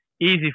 easy